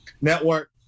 network